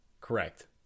Correct